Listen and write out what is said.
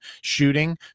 shooting